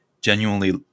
genuinely